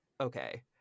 okay